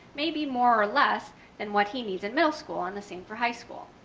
may be more or less than what he needs in middle school and the same for high school.